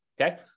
okay